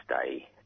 stay